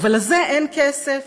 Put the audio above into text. אבל לזה אין כסף.